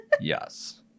Yes